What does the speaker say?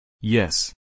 Yes